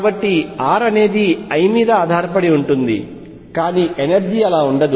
కాబట్టి r అనేది l మీద ఆధారపడి ఉంటుంది కానీ ఎనర్జీ అలా ఉండదు